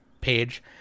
page